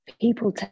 people